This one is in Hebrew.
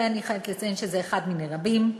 ואני חייבת לציין שזה אחד מני רבים,